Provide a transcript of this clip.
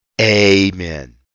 Amen